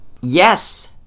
Yes